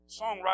Songwriter